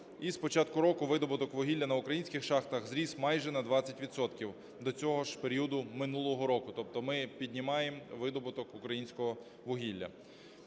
і з початку року видобуток вугілля на українських шахтах зріс майже на 20 відсотків до цього ж періоду минулого року. Тобто ми піднімаємо видобуток українського вугілля.